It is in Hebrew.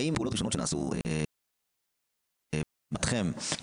האם אלה פעולות ראשונות שנעשו מבחינתכם כמערכת?